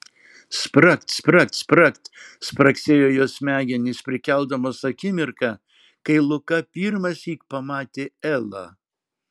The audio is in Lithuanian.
spragt spragt spragt spragsėjo jos smegenys prikeldamos akimirką kai luka pirmąsyk pamatė elą